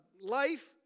life